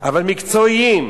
אבל מקצועיים.